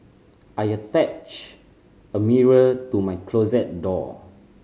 I attached a mirror to my closet door